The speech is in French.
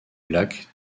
lac